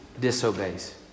disobeys